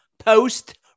Post